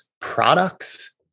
products